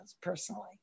personally